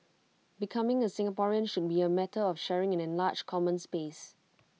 becoming A Singaporean should be A matter of sharing an enlarged common space